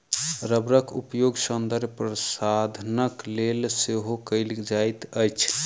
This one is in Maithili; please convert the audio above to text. रबड़क उपयोग सौंदर्य प्रशाधनक लेल सेहो कयल जाइत अछि